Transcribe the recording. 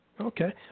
Okay